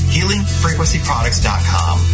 HealingFrequencyProducts.com